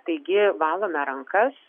taigi valome rankas